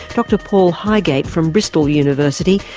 dr paul higate from bristol university,